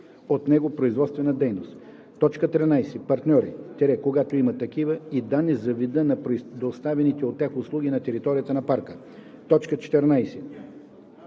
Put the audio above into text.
от него производствена дейност; 13. партньори – когато има такива, и данни за вида на предоставяните от тях услуги на територията на парка; 14.